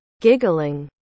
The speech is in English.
Giggling